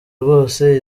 rwose